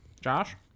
Josh